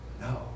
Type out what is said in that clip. No